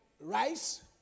rice